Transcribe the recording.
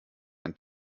ein